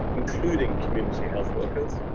including community health workers.